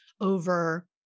over